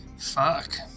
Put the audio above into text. fuck